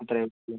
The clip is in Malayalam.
അത്രയേ ഉള്ളൂ